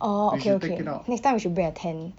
orh okay okay next time we should bring a tent